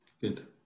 Good